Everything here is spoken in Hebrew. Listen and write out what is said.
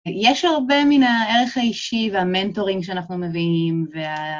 יש הרבה מן הערך האישי, והמנטורינג שאנחנו מביאים, וה...